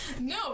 No